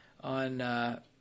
on, –